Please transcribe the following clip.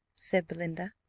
said belinda.